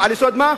על יסוד מה?